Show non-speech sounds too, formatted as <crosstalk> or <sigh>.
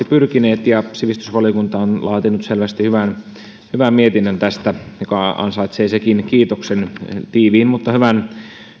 <unintelligible> pyrkineet sivistysvaliokunta on laatinut tästä selvästi hyvän mietinnön joka ansaitsee sekin kiitoksen tiiviin mutta hyvän